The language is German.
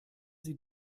sie